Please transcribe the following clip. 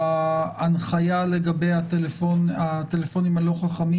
ההנחיה לגבי הטלפונים הלא חכמים,